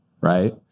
right